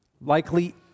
likely